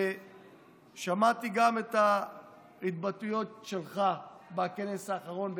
ושמעתי גם את ההתבטאויות שלך בכנס האחרון,